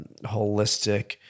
holistic